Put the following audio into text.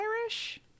Irish